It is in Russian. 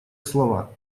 слова